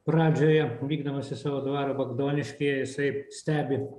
pradžioje vykdamas į savo dvarą bagdoniškyje jisai stebi